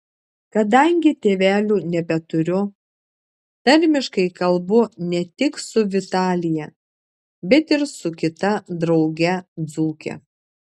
kadangi tėvelių nebeturiu tarmiškai kalbu ne tik su vitalija bet ir su kita drauge dzūke